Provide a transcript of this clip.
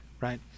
right